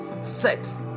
set